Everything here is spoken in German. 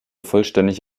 vollständig